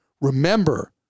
remember